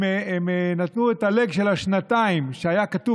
הם נתנו את הלג של השנתיים שהיה כתוב